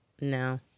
No